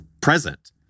present